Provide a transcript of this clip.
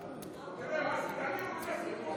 תראה מה עשית.